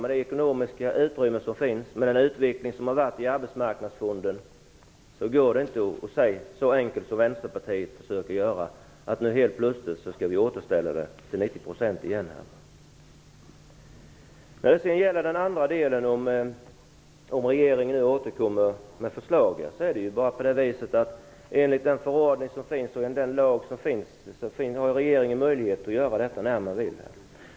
Med det ekonomiska utrymme som finns och med den utveckling som har varit i Arbetsmarknadsfonden kan vi i dag bara konstatera att det inte går så enkelt som Vänsterpartiet säger att plötsligt återställa den till Enligt den förordning som finns och enligt den lag som finns har regeringen möjlighet att återkomma med förslag när den vill.